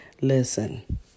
Listen